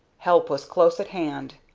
help was close at hand.